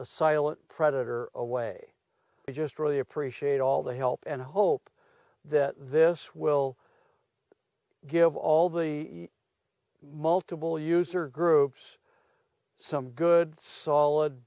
a silent predator away but just really appreciate all the help and hope that this will give all the multiple user groups some good solid